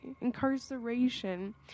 Incarceration